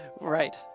Right